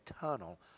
tunnel